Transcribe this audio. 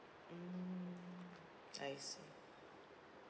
I see